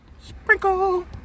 sprinkle